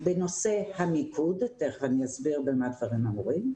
בנושא הניקוד, תיכף אני אסביר במה דברים אמורים.